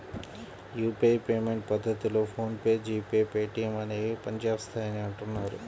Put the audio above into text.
UPI payment పద్ధతిలో PhonePe, GPay, Paytm అనేవి పనిచేస్తాయని అంటున్నారు